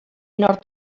nord